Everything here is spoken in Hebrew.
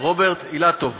רוברט אילטוב